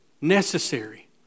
necessary